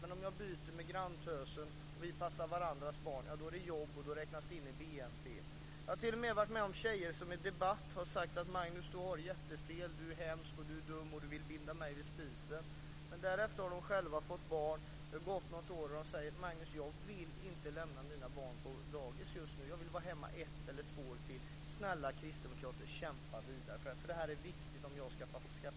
Men om jag byter med granntösen och vi passar varandras barn, då är det jobb och då räknas det in i BNP. Jag har t.o.m. varit med om att tjejer i debatter har sagt: Magnus, du har jättefel. Du är hemsk. Du är dum. Du vill binda mig vid spisen. Men därefter har de själva fått barn och det har gått några år. Då säger de: Magnus, jag vill inte lämna mina barn på dagis just nu. Jag vill vara hemma ett eller två år till. Snälla kristdemokrater, kämpa vidare för det här! Det är viktigt för om jag ska skaffa fler barn.